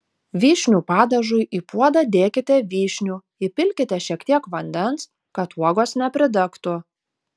vyšnių padažui į puodą dėkite vyšnių įpilkite šiek tiek vandens kad uogos nepridegtų